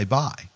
buy